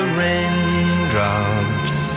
raindrops